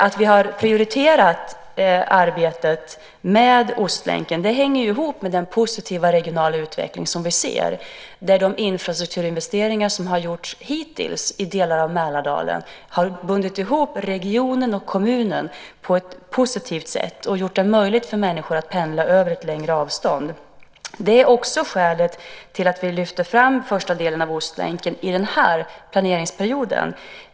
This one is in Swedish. Att vi har prioriterat arbetet med Ostlänken hänger ihop med den positiva regionala utveckling som vi ser där de infrastrukturinvesteringar som har gjorts hittills i delar av Mälardalen har bundit ihop regionen och kommunen på ett positivt sätt och gjort det möjligt för människor att pendla längre sträckor. Det är också skälet till att vi lyfter fram första delen av Ostlänken under denna planeringsperiod.